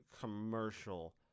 commercial